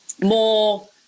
more